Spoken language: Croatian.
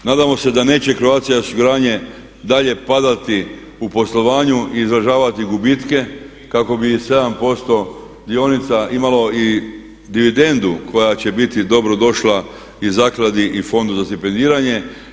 Nadamo se da neće Croatia osiguranje dalje padati u poslovanju i izražavati gubitke kako bi 7% dionica imalo i dividendu koja će biti dobro došla i zakladi i fondu za stipendiranje.